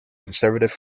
conservative